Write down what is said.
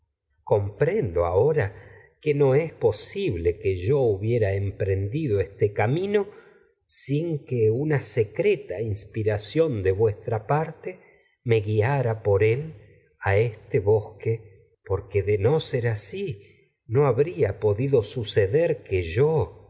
comprendo ahora que hubiera es posible una que yo emprendido este camino me sin que secreta a inspiración bosque de vuestra parte guiara por él este porque de no ser asi no habría podido suceder mi camino que yo